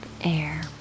air